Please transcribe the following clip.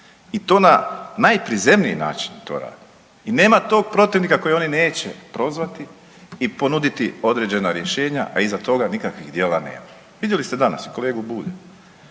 I to na najprizemniji način to rade i nema tog protivnika kojeg oni neće prozvati i ponuditi određena rješenja, a iza toga nikakvih djela nema. Vidjeli ste danas kolegu Bulja.